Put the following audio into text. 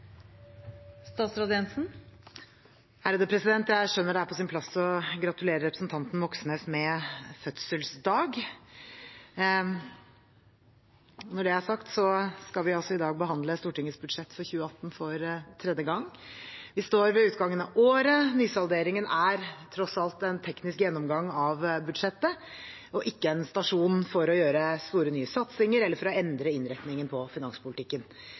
på sin plass å gratulere representanten Moxnes med fødselsdagen. Når det er sagt, vi skal i dag behandle Stortingets budsjett for 2018 for tredje gang. Vi står ved utgangen av året, nysalderingen er tross alt en teknisk gjennomgang av budsjettet og ikke en stasjon for å gjøre store, nye satsinger eller for å endre innretningen på finanspolitikken.